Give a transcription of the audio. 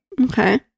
Okay